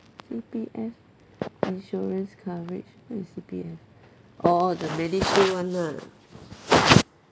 C_P_F insurance coverage what is C_P_F orh the medishield [one] lah